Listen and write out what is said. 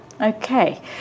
Okay